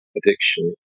addiction